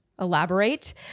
Elaborate